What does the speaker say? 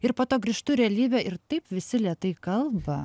ir po to grįžtu į realybę ir taip visi lėtai kalba